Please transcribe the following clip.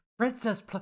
Princess